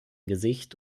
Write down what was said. gesicht